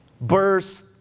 Burst